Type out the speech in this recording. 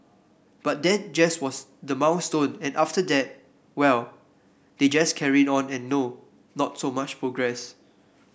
but that just was the milestone and after that well they just carry on and no not so much progress